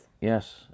Yes